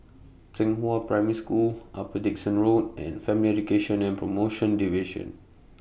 Zhenghua Primary School Upper Dickson Road and Family Education and promotion Division